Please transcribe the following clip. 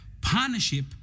partnership